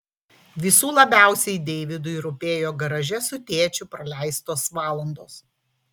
visų labiausiai deividui rūpėjo garaže su tėčiu praleistos valandos